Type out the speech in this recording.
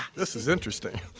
this is interesting.